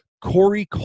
Corey